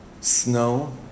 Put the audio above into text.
snow